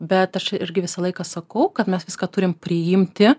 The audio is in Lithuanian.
bet aš irgi visą laiką sakau kad mes viską turim priimti